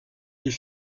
est